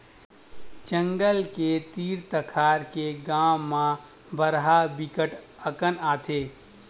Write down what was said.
जंगल के तीर तखार के गाँव मन म बरहा बिकट अकन आथे